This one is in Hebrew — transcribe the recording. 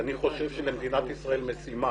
אני חושב שלמדינת ישראל יש משימה